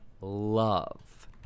love